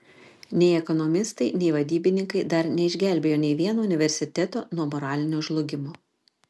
nei ekonomistai nei vadybininkai dar neišgelbėjo nei vieno universiteto nuo moralinio žlugimo